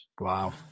Wow